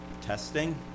testing